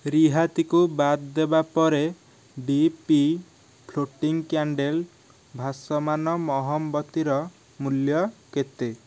ରିହାତିକୁ ବାଦ୍ ଦେବା ପରେ ଡିପି ଫ୍ଲୋଟିଂ କ୍ୟାଣ୍ଡେଲ୍ସ ଭାସମାନ ମହମବତୀର ମୂଲ୍ୟ କେତେ